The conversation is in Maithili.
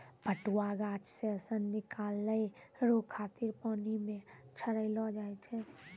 पटुआ गाछ से सन निकालै रो खातिर पानी मे छड़ैलो जाय छै